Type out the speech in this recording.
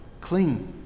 cling